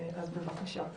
בבקשה.